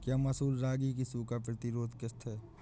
क्या मसूर रागी की सूखा प्रतिरोध किश्त है?